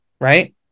right